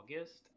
August